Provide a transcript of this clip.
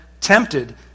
tempted